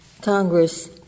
Congress